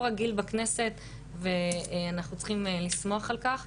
ורגיל" בכנסת ואנחנו צריכים לשמוח על כך.